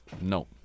No